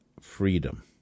freedom